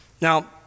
Now